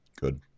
Good